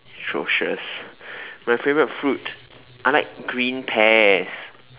atrocious my favourite fruit I like green pears